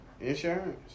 Insurance